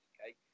Okay